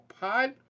Pod